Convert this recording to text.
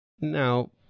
Now